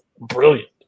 brilliant